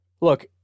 look